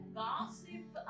gossip